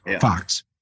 Fox